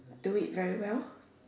do it very well